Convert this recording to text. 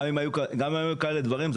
גם אם היו כאלה דברים,